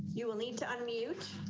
you will need to unmute